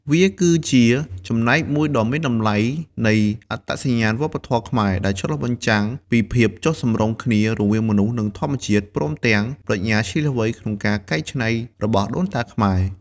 វាគឺជាចំណែកមួយដ៏មានតម្លៃនៃអត្តសញ្ញាណវប្បធម៌ខ្មែរ ដែលឆ្លុះបញ្ចាំងពីភាពចុះសម្រុងគ្នារវាងមនុស្ស និងធម្មជាតិ ព្រមទាំងប្រាជ្ញាឈ្លាសវៃក្នុងការកែច្នៃរបស់ដូនតាខ្មែរ។